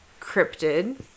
cryptid